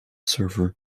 server